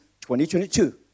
2022